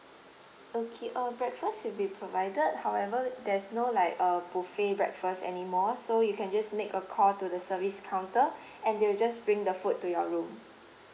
okay uh breakfast will be provided however there's no like uh buffet breakfast anymore so you can just make a call to the service counter and they'll just bring the food to your room